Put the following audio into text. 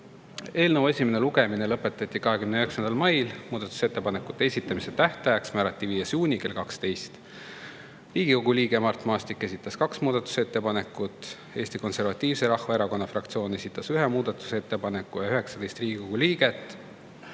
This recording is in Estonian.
Eelnõu esimene lugemine lõpetati 29. mail, muudatusettepanekute esitamise tähtajaks määrati 5. juuni kell 12. Riigikogu liige Mart Maastik esitas kaks muudatusettepanekut, Eesti Konservatiivse Rahvaerakonna fraktsioon esitas ühe muudatusettepaneku, 19 Riigikogu liiget